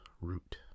root